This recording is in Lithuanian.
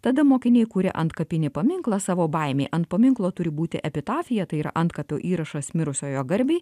tada mokiniai kuria antkapinį paminklą savo baimei ant paminklo turi būti epitafija tai yra antkapio įrašas mirusiojo garbei